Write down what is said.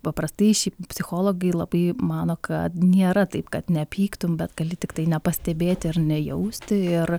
paprastai šiaip psichologai labai mano kad nėra taip kad nepyktum bet gali tiktai nepastebėti ir nejausti ir